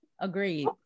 Agreed